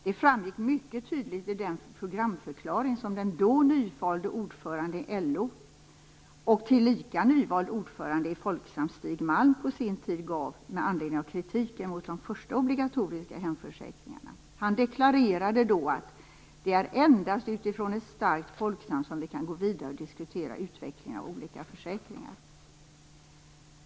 Den framgick mycket tydligt i den programförklaring som den då nyvalde ordföranden i LO och tillika nyvalde ordföranden i Folksam, Stig Malm, på sin tid gav med anledning av kritiken mot de första obligatoriska hemförsäkringarna. Han deklarerade då: "Det är endast utifrån ett starkt Folksam som vi kan gå vidare och diskutera utvecklingen av olika försäkringar."